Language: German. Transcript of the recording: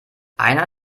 einer